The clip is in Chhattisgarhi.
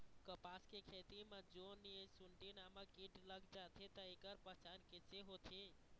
कपास के खेती मा जोन ये सुंडी नामक कीट लग जाथे ता ऐकर पहचान कैसे होथे?